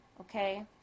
okay